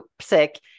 sick